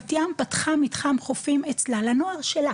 בת ים פתחה מתחם חופים אצלה לנוער שלה